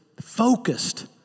focused